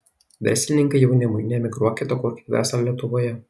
verslininkai jaunimui neemigruokit o kurkit verslą lietuvoje